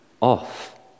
off